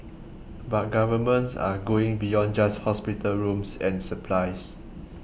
but governments are going beyond just hospital rooms and supplies